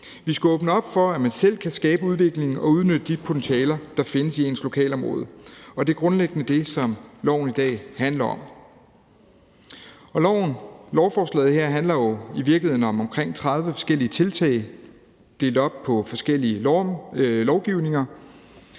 Vi skal åbne op for, at man selv kan skabe udviklingen og udnytte de potentialer, der findes i ens lokalområde, og det er grundlæggende det, som lovforslaget i dag handler om. Lovforslaget her handler jo i virkeligheden om omkring 30 forskellige tiltag delt op på forskellige lovgivninger,